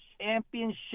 championship